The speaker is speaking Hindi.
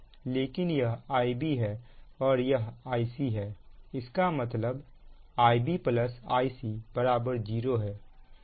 लेकिन यह Ib है और यह Ic है इसका मतलब Ib Ic 0 है